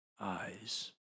eyes